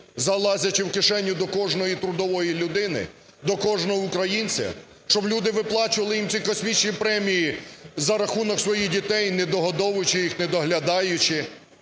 залазячи в кишеню до кожної трудової людини, до кожного українця? Щоб люди виплачували їм ці космічні премії за рахунок своїх дітей, недогодовуючи їх, не доглядаючи,